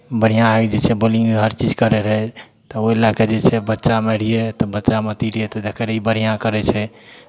बढ़िआँ जे छै बॉलिंग हर चीज करैत रहै तऽ ओहि लए कऽ जे छै बच्चामे रहियै तऽ बच्चामे अथि रहियै तऽ देखैत रहियै बढ़िआँ करै छै